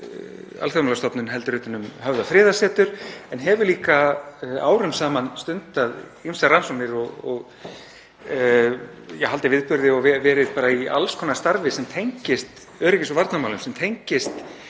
Alþjóðamálastofnun heldur utan um Höfða friðarsetur en hefur líka árum saman stundað ýmsar rannsóknir og haldið viðburði og verið bara í alls konar starfi sem tengist öryggis- og varnarmálum. Það